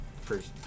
first